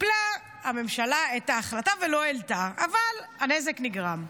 קיפלה הממשלה את ההחלטה ולא העלתה, אבל הנזק נגרם.